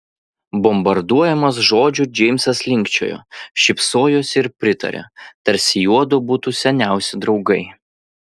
bombarduojamas žodžių džeimsas linkčiojo šypsojosi ir pritarė tarsi juodu būtų seniausi draugai